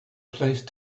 place